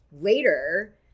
Later